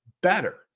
better